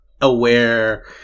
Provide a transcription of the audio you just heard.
aware